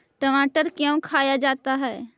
टमाटर क्यों खाया जाता है?